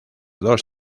dos